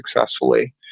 successfully